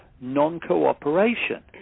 non-cooperation